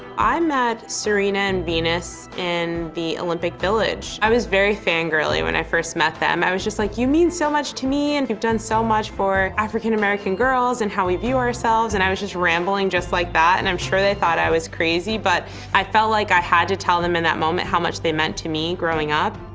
i met serena and venus in the olympic village. i was very fangirly when i first met them. i was just like, you mean so much to me, and you've done so much for african american girls and how we view ourselves. i was just rambling, just like that. and i'm sure they thought i was crazy. but i felt like i had to tell them in that moment how much they meant to me growing up.